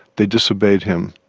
they disobeyed him.